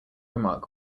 remark